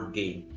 game